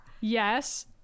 yes